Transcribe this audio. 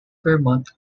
vermont